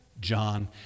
John